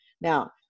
Now